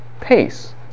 pace